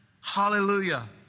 Hallelujah